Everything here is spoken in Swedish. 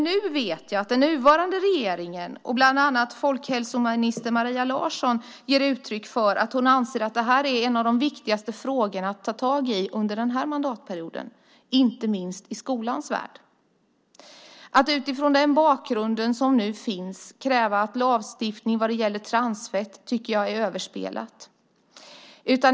Nu vet jag att den nuvarande regeringen och folkhälsominister Maria Larsson ger uttryck för att det här en av de viktigaste frågorna att ta tag i under den här mandatperioden, inte minst i skolans värld. Att utifrån den bakgrund som nu finns kräva lagstiftning vad gäller transfett tycker jag är överspelat.